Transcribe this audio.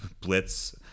blitz